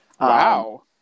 Wow